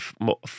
more